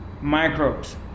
microbes